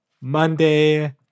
Monday